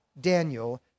Daniel